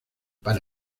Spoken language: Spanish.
para